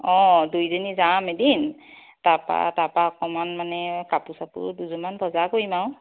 অ দুইজনী যাম এদিন তাৰপৰা তাৰপৰা অকণমান মানে কাপোৰ চাপোৰ দুযোৰমান বজাৰ কৰিম আৰু